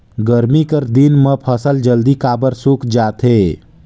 गरमी कर दिन म फसल जल्दी काबर सूख जाथे?